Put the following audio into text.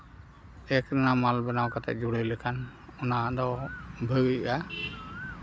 ᱯᱮᱹᱠ ᱨᱮᱱᱟᱜ ᱢᱟᱞ ᱵᱮᱱᱟᱣ ᱠᱟᱛᱮ ᱚᱱᱟᱫᱚ ᱵᱷᱟᱹᱜᱤᱜᱼᱟ